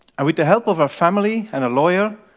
and with the help of her family and a lawyer,